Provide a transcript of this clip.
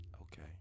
Okay